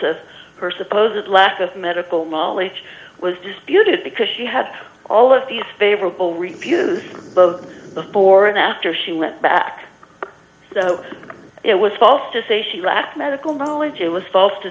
of her supposedly lack of medical knowledge was disputed because she had all of these favorable reviews both before and after she went back so it was false to say she lacked medical knowledge it was false to